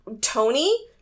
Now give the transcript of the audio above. Tony